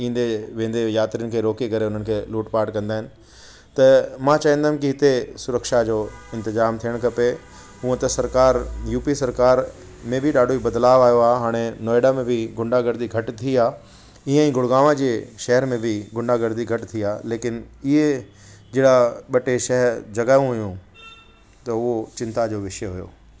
ईंदे वेंदे यात्रीनि खे रोकी करे हुननि खे लुट पाट कंदा आहिनि त मां चवंदमि कि हिते सुरक्षा जो इंतिज़ामु थियणु खपे हुअं त सरकारु यूपी सरकार में बि ॾाढो ई बदिलाव आहे हाणे नोएडा में बि गुंडागर्दी घटि थी आहे ईअं ई गुड़गांव जे शहर में बि गुंडागर्दी घटि थी आहे लेकिन इहे जहिड़ा ॿ टे शै जॻहा हुयूं त उहो चिंता जो विषय हुओ